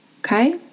Okay